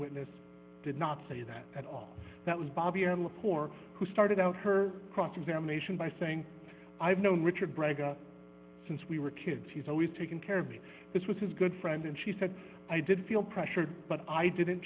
witness did not say that at all that was bobby or lapore who started out her cross examination by saying i've known richard brautigan since we were kids he's always taken care of me this was his good friend and she said i didn't feel pressured but i didn't